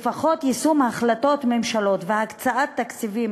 לפחות יישום החלטות ממשלות והקצאת תקציבים